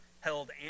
held